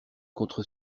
contre